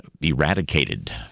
eradicated